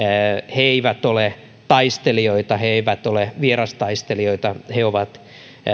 eivät ole taistelijoita he eivät ole vierastaistelijoita he ovat